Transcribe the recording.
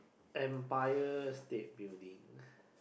Umpire State building